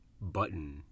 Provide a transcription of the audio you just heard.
button